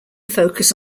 focus